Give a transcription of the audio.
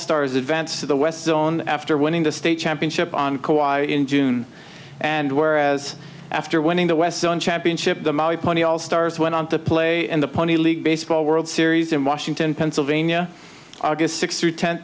stars advanced to the west zone after winning the state championship on co op in june and whereas after winning the west zone championship the money all stars went on to play in the pony league baseball world series in washington pennsylvania august sixth through ten